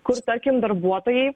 kur tarkim darbuotojai